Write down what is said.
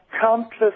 countless